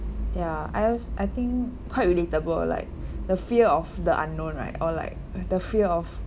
ya as I think quite relatable like the fear of the unknown right or like the fear of